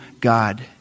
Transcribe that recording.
God